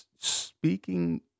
speaking